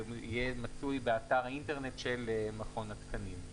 יהיה מצוי באתר אינטרנט של מכון התקנים.